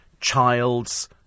Childs